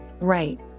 Right